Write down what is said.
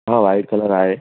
हा white colour आहे